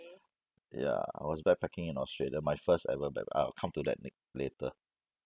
ya I was backpacking in australia my first ever back~ I I'll come to that ni~ later